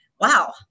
wow